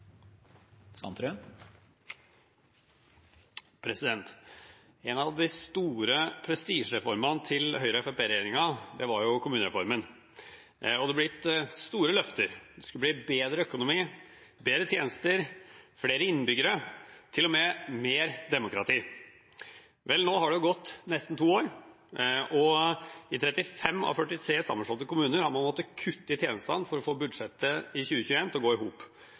En av de store prestisjereformene til Høyre–Fremskrittsparti-regjeringen var kommunereformen. Det ble gitt store løfter. Det skulle bli bedre økonomi, bedre tjenester, flere innbyggere, til og med mer demokrati. Vel, nå har det gått nesten to år, og i 35 av 43 sammenslåtte kommuner har man måttet kutte i tjenestene for å få budsjettet i 2021 til å gå i hop.